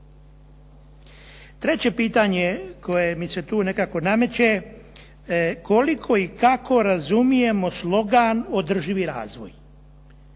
Treće pitanje koje mi se tu nekako nameće, koliko i kako razumijemo slogan održivi razvoj?